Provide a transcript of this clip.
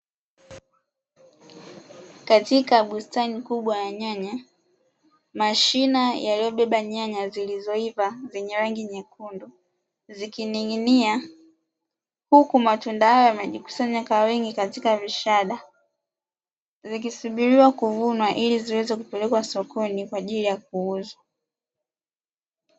Katika bustani kubwa ya nyanya. Mashina yaliyobeba nyanya zilizoiva zenye rangi nyekundu zikining'inia, huku matunda hayo yamejikusanya kwa wengi katika vishada zikisubiriwa kuvunwa ili ziweze kupelekwa sokoni kwa ajili ya kuuzwa.